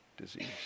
disease